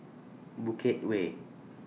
Bukit Way